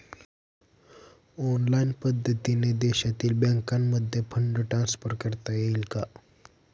Online पद्धतीने देशातील बँकांमध्ये फंड ट्रान्सफर करता येईल का?